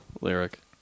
lyric